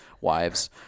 wives